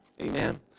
amen